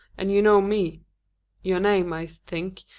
and you know me your name, i think,